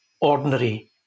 ordinary